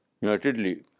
unitedly